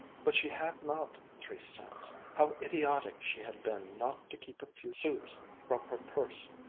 but she had not three cents. how idiotic she had been not to keep a few sous from her purse.